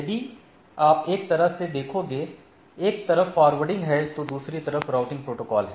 यदि आप एक तरह से देखोगे एक तरफ फॉरवार्डिंग है तो दूसरी तरफ राउटिंग प्रोटोकॉल है